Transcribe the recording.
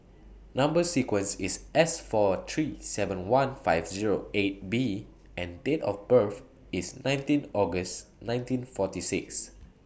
Number sequence IS S four three seven one five Zero eight B and Date of birth IS nineteen August nineteen forty six